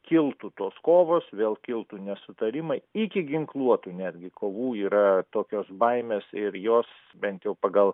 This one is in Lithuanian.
kiltų tos kovos vėl kiltų nesutarimai iki ginkluotų netgi kovų yra tokios baimės ir jos bent jau pagal